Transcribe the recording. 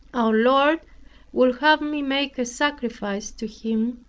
our lord would have me make a sacrifice to him,